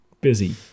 busy